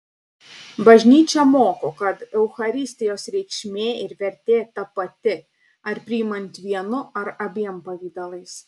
bažnyčia moko kad eucharistijos reikšmė ir vertė ta pati ar priimant vienu ar abiem pavidalais